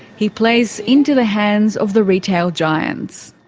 he plays into the hands of the retail giants.